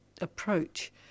approach